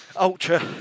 ultra